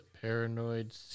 Paranoid